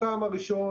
הטעם הראשון,